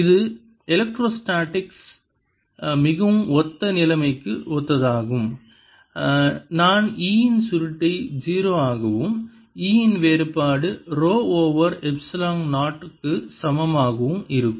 இது எலக்ட்ரோஸ்டேடிக்ஸில் மிகவும் ஒத்த நிலைமைக்கு ஒத்ததாகும் நான் E இன் சுருட்டை 0 ஆகவும் E இன் வேறுபாடு ரோ ஓவர் எப்சிலன் 0 க்கு சமமாகவும் இருக்கும்